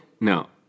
No